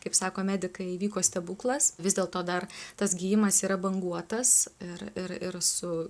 kaip sako medikai įvyko stebuklas vis dėlto dar tas gijimas yra banguotas ir ir ir su